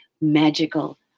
magical